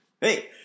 Hey